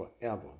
forever